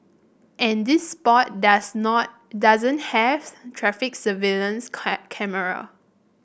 and this spot does not doesn't have traffic surveillance cameras